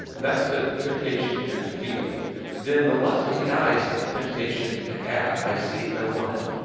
that's the temptation to to feel then the lust of the eyes is the temptation to have. i see it and i want it.